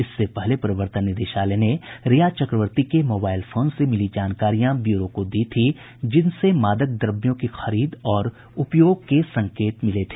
इससे पहले प्रवर्तन निदेशालय ने रिया चक्रवर्ती के मोबाइल फोन से मिली जानकारियां ब्यूरो को दी थी जिनसे मादक द्रव्यों की खरीद और उपयोग के संकेत मिलते हैं